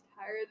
tired